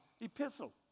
epistle